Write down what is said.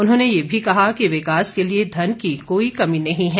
उन्होंने ये भी कहा कि विकास के लिए धन की कोई कमी नही है